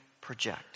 project